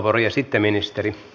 herra puhemies